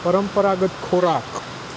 પરંપરાગત ખોરાક